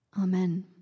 Amen